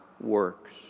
works